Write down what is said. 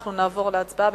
אנחנו נעבור להצבעה.